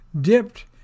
dipped